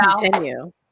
continue